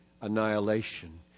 annihilation